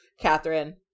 Catherine